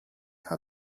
had